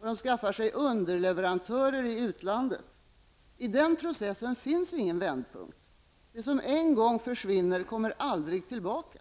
De skaffar sig underleverantörer i utlandet. I den processen finns ingen vändpunkt. Det som en gång försvinner kommer aldrig tillbaka.